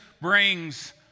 brings